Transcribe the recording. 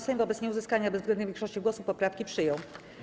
Sejm wobec nieuzyskania bezwzględnej większości głosów poprawki przyjął.